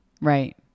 Right